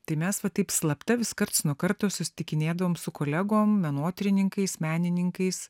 tai mes va taip slapta vis karts nuo karto susitikinėdavom su kolegom menotyrininkais menininkais